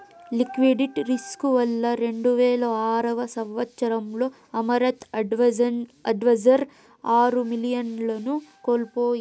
liquidity risk వల్ల రెండువేల ఆరవ సంవచ్చరంలో అమరత్ అడ్వైజర్స్ ఆరు మిలియన్లను కోల్పోయింది